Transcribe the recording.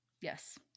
Yes